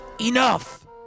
Enough